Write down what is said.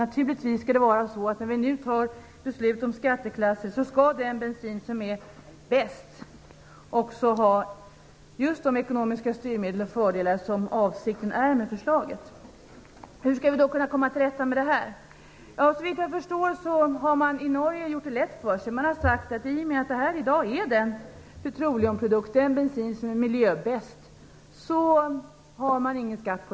Naturligtvis skall det vara så att när vi fattar beslut om skatteklasser skall den bensin som är bäst också ha just de fördelar som man velat åstadkomma med ekonomiska styrmedel. Hur skall vi då kunna komma till rätta med det här? Såvitt jag förstår, har man i Norge gjort det lätt för sig. Man har sagt att i och med att akrylatbensin är den petrolumprodukt som är miljöbäst beskattas den inte alls!